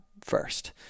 first